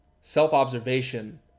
self-observation